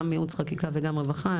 גם יעוץ וחקיקה וגם רווחה.